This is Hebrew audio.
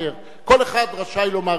כל אחד רשאי לומר את דבריו.